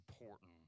important